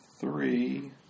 three